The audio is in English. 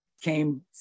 came